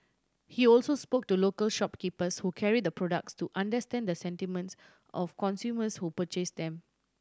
he also spoke to local shopkeepers who carried the products to understand the sentiments of consumers who purchase them